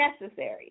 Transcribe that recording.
necessary